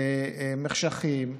מחשכים,